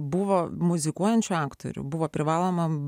buvo muzikuojančių aktorių buvo privaloma